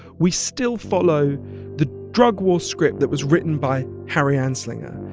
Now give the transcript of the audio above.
we still follow the drug war script that was written by harry anslinger.